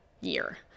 year